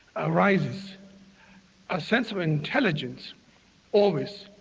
arises a sense of intelligence always